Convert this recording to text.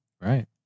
Right